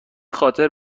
خاطر